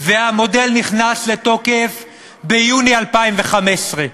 והמודל נכנס לתוקף ביוני 2015,